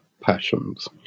passions